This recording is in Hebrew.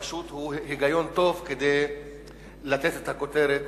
פשוט הוא היגיון טוב כדי לתת את הכותרת